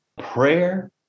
prayer